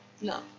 No